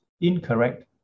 incorrect